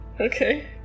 Okay